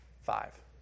Five